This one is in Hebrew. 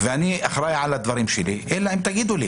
- ואני אחראי על הדברים שלי אלא אם תגידו לי